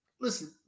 listen